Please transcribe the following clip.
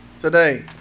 today